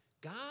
God